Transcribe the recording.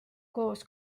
koos